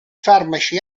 farmaci